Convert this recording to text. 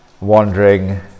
wandering